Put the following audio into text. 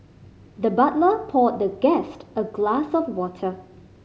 the butler poured the guest a glass of water